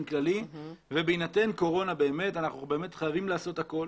כללי ובתקופת הקורונה אנחנו באמת חייבים לעשות הכול